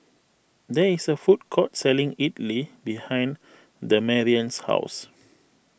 there is a food court selling Idly behind Demarion's house